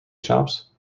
shops